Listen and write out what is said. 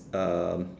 um